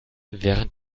während